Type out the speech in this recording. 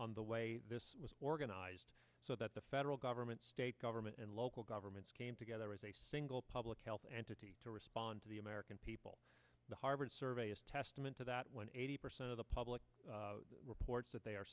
on the way this was organized so that the federal government state government and local governments came together as a single public health and city to respond to the american people the harvard survey is testament to that when eighty percent of the public reports that they are